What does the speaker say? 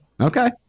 Okay